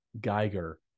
Geiger